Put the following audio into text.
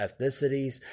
ethnicities